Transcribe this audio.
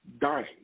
dying